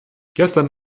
gestern